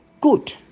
good